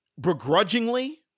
begrudgingly